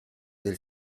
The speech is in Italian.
del